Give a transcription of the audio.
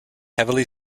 heavily